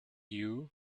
you